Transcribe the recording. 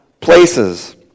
places